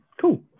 cool